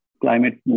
Climate